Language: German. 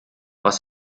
was